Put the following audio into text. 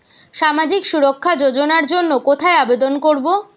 সামাজিক সুরক্ষা যোজনার জন্য কোথায় আবেদন করব?